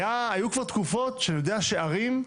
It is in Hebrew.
היו כבר תקופות שאני יודע שערים,